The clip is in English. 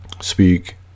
speak